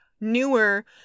newer